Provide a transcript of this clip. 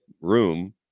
room